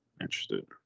interested